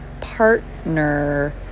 partner